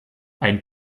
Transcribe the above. ein